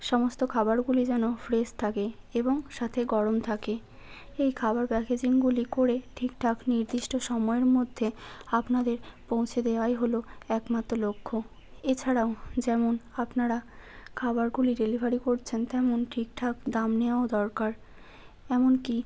সমস্ত খাবারগুলি যেন ফ্রেশ থাকে এবং সাথে গরম থাকে এই খাবার প্যাকেজিংগুলি করে ঠিকঠাক নির্দিষ্ট সময়ের মধ্যে আপনাদের পৌঁছে দেওয়াই হল একমাত্র লক্ষ্য এছাড়াও যেমন আপনারা খাবারগুলি ডেলিভারি করছেন তেমন ঠিকঠাক দাম নেওয়াও দরকার এমনকি